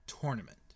tournament